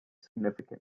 significant